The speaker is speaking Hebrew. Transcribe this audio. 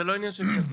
זה לא עניין של כסף,